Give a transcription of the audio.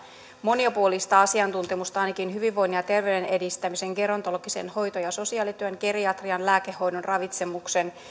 monipuolista asiantuntemusta ainakin hyvinvoinnin ja terveyden edistämisen gerontologisen hoito ja sosiaalityön geriatrian lääkehoidon ravitsemuksen